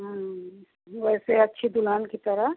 हाँ वैसे अच्छी दुल्हन की तरह